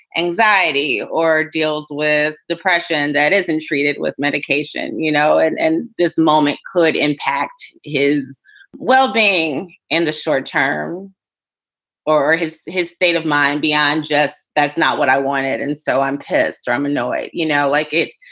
anxiety or deals with depression that isn't treated with medication, you know, and and this moment could impact his well-being in the short term or his his state of mind beyond just that's not what i wanted. and so i'm pissed or i'm annoyed. you know, like it.